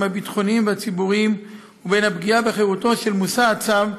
הביטחוניים והציבוריים ובין הפגיעה בחירותו של מושא הצו,